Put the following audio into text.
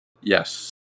Yes